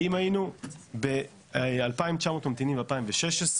אם היינו ב-2,900 ממתינים ב-2016,